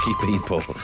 people